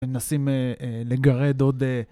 מנסים לגרד עוד...